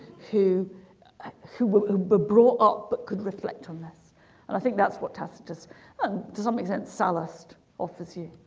who who were but brought up but could reflect on this and i think that's what tacitus to some extent solaced offers you